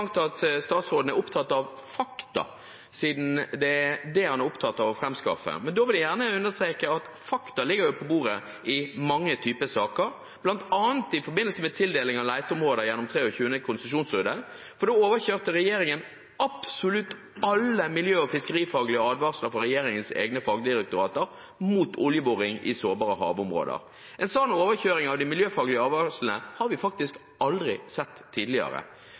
at statsråden er opptatt av fakta, siden det er det han er opptatt av å framskaffe. Da vil jeg gjerne understreke at fakta ligger på bordet i mange type saker, bl.a. i forbindelse med tildeling av leteområder gjennom 23. konsesjonsrunde. Da overkjørte regjeringen absolutt alle miljø- og fiskerifaglige advarsler fra regjeringens egne fagdirektorater mot oljeboring i sårbare havområder. En sånn overkjøring av de miljøfaglige advarslene har vi faktisk aldri sett tidligere.